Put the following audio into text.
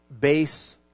base